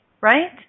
right